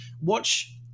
watch